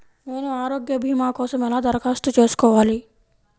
నేను ఆరోగ్య భీమా కోసం ఎలా దరఖాస్తు చేసుకోవాలి?